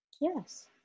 Yes